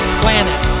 planet